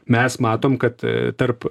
mes matom kad tarp